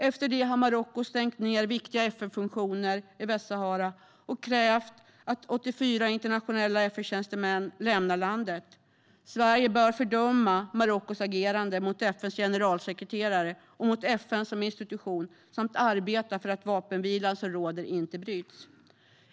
Efter det har Marocko stängt ned viktiga FN-funktioner i Västsahara och krävt att 84 internationella FN-tjänstemän lämnar landet. Sverige bör fördöma Marockos agerande mot FN:s generalsekreterare och mot FN som institution samt arbeta för att vapenvilan som råder inte bryts.